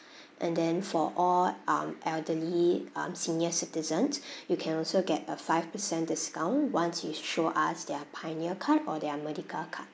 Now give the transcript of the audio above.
and then for all um elderly um senior citizens you can also get a five percent discount once you show us their pioneer card or their merdeka card